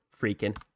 freaking